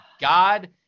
God